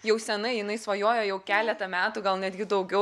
jau senai jinai svajojo jau keletą metų gal netgi daugiau